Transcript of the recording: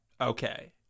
Okay